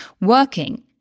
working